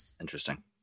Interesting